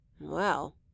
Well